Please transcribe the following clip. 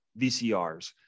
VCRs